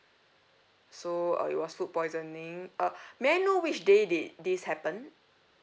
so uh it was food poisoning uh may I know which day did this happen